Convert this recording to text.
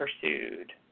pursued